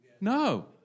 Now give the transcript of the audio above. No